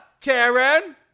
Karen